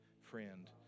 friend